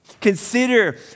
Consider